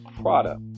Prada